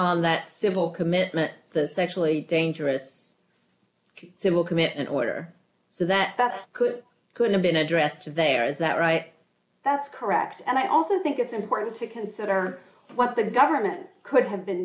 on that civil commitment the sexually dangerous civil commitment order so that that could could have been addressed there is that right that's correct and i also think it's important to consider what the government could have been